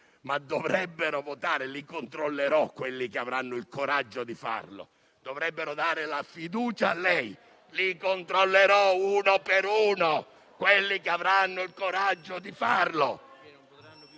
ma dovrebbero votare. Controllerò quelli che avranno il coraggio di farlo. Dovrebbero dare la fiducia a lei e controllerò uno per uno quelli che avranno il coraggio di farlo